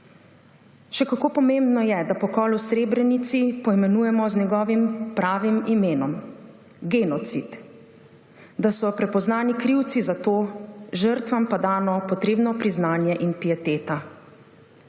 Še kako pomembno je, da pokol v Srebrenici poimenujemo z njegovim pravim imenom – genocid. Da so prepoznani krivci za to, žrtvam pa dana potrebno priznanje in pieteta.